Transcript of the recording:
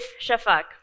Shafak